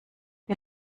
wir